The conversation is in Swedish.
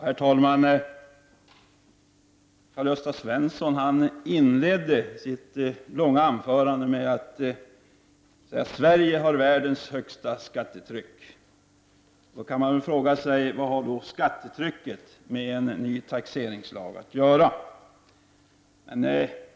Herr talman! Karl-Gösta Svenson inledde sitt långa anförande med att säga att Sverige har världens högsta skattetryck. Då kan man fråga sig vad skattetrycket har med en ny taxeringslag att göra.